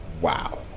Wow